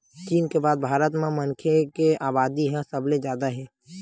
चीन के बाद भारत म मनखे के अबादी ह सबले जादा हे